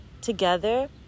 together